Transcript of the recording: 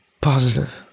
positive